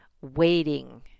waiting